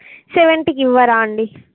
సెవెన్టీకి ఇవ్వరా అండి